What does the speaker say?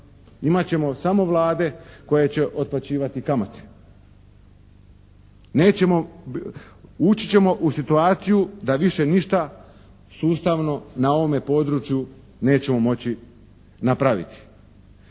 imat ćemo samo vlade koje će otplaćivati kamate. Nećemo, ući ćemo u situaciju da više ništa sustavno na ovome području nećemo moći napraviti.